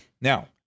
Now